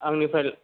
आंनिफ्राय